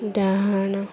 ଡାହାଣ